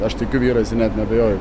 aš tikiu vyrais ir net neabejoju